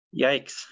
yikes